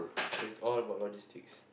so it's all about logistics